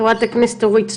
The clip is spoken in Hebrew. חברת הכנסת אורית סטרוק.